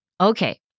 Okay